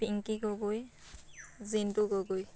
Pinky Gogoi Jintu Gogoi